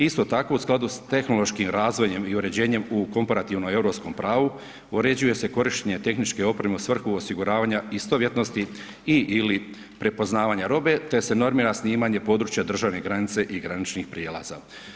Isto tako u skladu s tehnološkim razvojem i uređenju u komparativnom i europskom pravu, uređuje se korištenje tehničke opreme u svrhu osiguranja istovjetnosti i ili prepoznavanje robe, te se normira osnivanje područja državne granice i graničnih prijelaza.